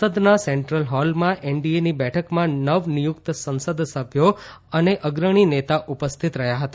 સંસદના સેન્ટ્રલ હોલમાં એનડીએની બેઠકમાં નવ નિયુકત સંસદસભ્યો અને અગ્રણી નેતા ઉપસ્થિત રહયાં હતા